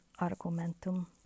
argumentum